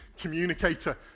communicator